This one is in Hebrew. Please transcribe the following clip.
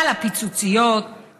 על הפיצוציות,